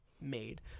made